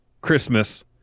Christmas